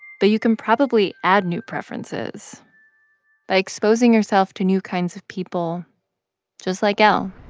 but you can probably add new preferences by exposing yourself to new kinds of people just like l